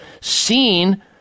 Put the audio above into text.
seen